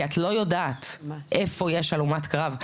כי את לא יודעת איפה יש הלומת קרב.